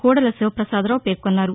కోడెల శివప్రసాదరావు పేర్కొన్నారు